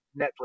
Netflix